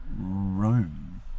room